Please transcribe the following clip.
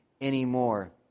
anymore